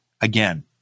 Again